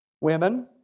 women